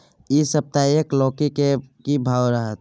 इ सप्ताह एक लौकी के की भाव रहत?